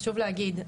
חשוב להגיד,